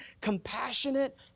compassionate